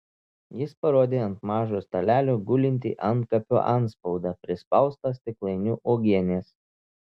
jis parodė ant mažo stalelio gulintį antkapio atspaudą prispaustą stiklainiu uogienės